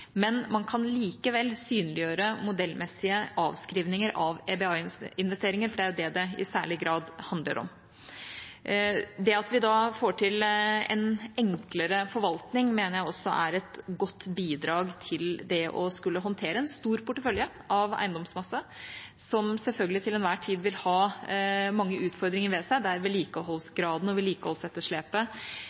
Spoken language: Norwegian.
men man kan likevel synliggjøre modellmessige avskrivninger av EBA-investeringer, for det er det det i særlig grad handler om. Det at vi får til en enklere forvaltning, mener jeg er et godt bidrag til det å skulle håndtere en stor portefølje av eiendomsmasse, som selvfølgelig til enhver tid vil ha mange utfordringer ved seg, der vedlikeholdsgraden og vedlikeholdsetterslepet